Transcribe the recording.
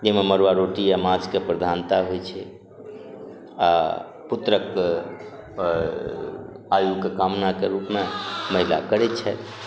जैमे मड़ुआ रोटी या माछके प्रधानता होइ छै आओर पुत्रक आयुके कामनाके रूपमे महिला करय छथि